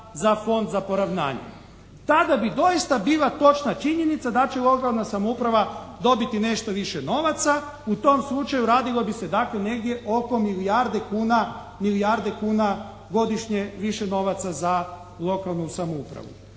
za Fond za poravnanje. Tada bi doista bila točna činjenica da će lokalna samouprava dobiti nešto više novaca. U tom slučaju radilo bi se dakle negdje oko milijarde kuna godišnje više novaca za lokalnu samoupravu.